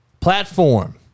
platform